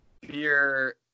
Beer